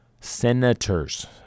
Senators